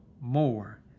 more